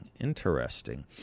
Interesting